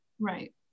right